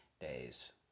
days